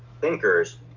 thinkers